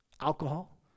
alcohol